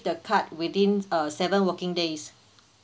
the card within uh seven working days